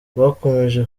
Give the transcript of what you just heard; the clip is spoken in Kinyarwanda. bakomeje